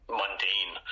mundane